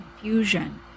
confusion